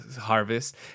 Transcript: harvest